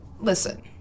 listen